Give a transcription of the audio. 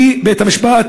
והוא, בית-המשפט,